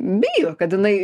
bijo kad jinai